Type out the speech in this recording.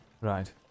Right